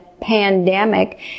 pandemic